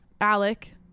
Alec